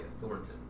Thornton